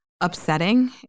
upsetting